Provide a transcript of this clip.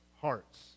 hearts